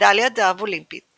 מדליית זהב אולימפית